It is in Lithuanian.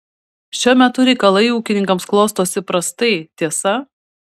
šiuo metu reikalai ūkininkams klostosi prastai tiesa